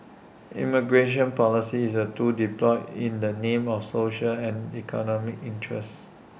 immigration policy is A tool deployed in the name of social and economic interest